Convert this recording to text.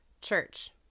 church